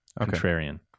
contrarian